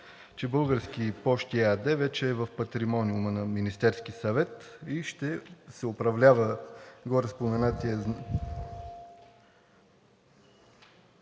че „Български пощи“ ЕАД вече е в патримониума на Министерския съвет и ще се управлява гореспоменатият